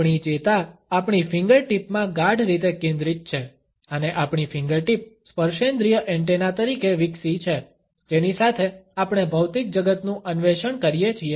આપણી ચેતા આપણી ફિંગરટીપ માં ગાઢ રીતે કેન્દ્રિત છે અને આપણી ફિંગરટીપ સ્પર્શેન્દ્રિય એન્ટેના તરીકે વિકસી છે જેની સાથે આપણે ભૌતિક જગતનું અન્વેષણ કરીએ છીએ